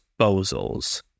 disposals